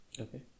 okay